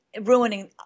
ruining